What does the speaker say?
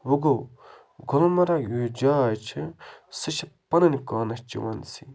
وٕ گوٚو گُلمرگ یۄس جاے چھِ سُہ چھِ پَنٕنۍ کانَسچُوَنسی